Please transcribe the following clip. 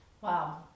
Wow